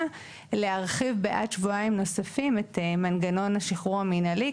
להרחיב בעד שבועיים נוספים את מנגנון השחרור המינהלי.